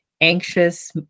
anxious